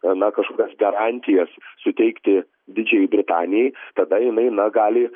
na kažkokias garantijas suteikti didžiajai britanijai tada jinai na gali